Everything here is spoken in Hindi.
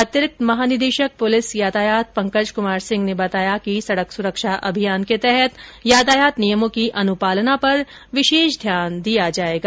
अतिरिक्त महानिदेषक प्रलिस यातायात पंकज क्मार सिंह ने बताया कि सडक सुरक्षा अभियान के तहत यातायात नियमों की अनुपालना पर विषेष ध्यान दिया जायेगा